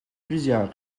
plusieurs